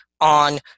on